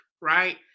right